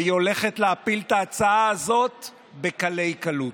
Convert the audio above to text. והיא הולכת להפיל את ההצעה הזאת בקלי קלות.